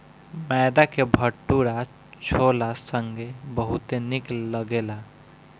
मैदा के भटूरा छोला संगे बहुते निक लगेला